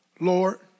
Lord